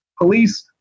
police